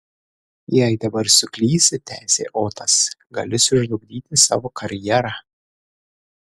jei dabar suklysi tęsė otas gali sužlugdyti savo karjerą